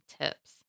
tips